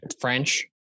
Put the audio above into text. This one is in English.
French